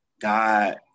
God